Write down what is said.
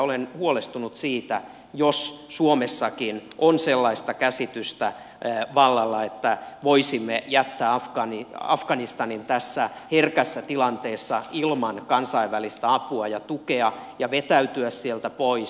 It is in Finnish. olen huolestunut siitä jos suomessakin on sellaista käsitystä vallalla että voisimme jättää afganistanin tässä herkässä tilanteessa ilman kansainvälistä apua ja tukea ja vetäytyä sieltä pois